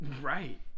Right